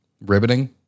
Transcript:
riveting